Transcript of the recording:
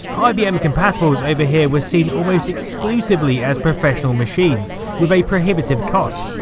ibm compatibles over here were seen almost exclusively as professional machines with a prohibitive cost,